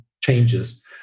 changes